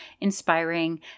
inspiring